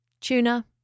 Tuna